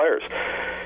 players